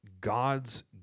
God's